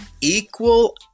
Equal